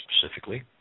specifically